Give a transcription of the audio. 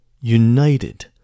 united